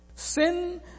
Sin